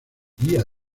día